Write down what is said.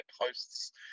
posts